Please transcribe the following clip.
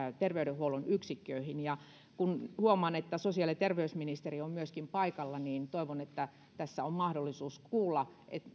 terveydenhuollon yksikköihin ja kun huomaan että myöskin sosiaali ja terveysministeri on paikalla niin toivon että tässä on mahdollisuus kuulla